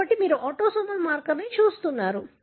కాబట్టి మీరు ఆటోసోమల్ మార్కర్ను చూస్తున్నారు